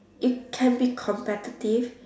it can be competitive